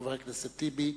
חבר הכנסת טיבי.